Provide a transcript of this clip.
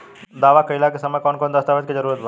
दावा कईला के समय कौन कौन दस्तावेज़ के जरूरत बा?